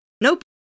Nope